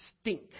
stink